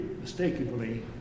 Mistakenly